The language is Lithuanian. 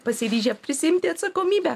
pasiryžę prisiimti atsakomybę